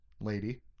lady